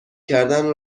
کردن